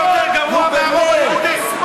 נו, באמת.